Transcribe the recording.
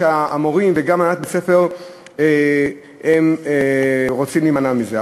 כך שהמורים וגם הנהלת בית-ספר רוצים להימנע מזה.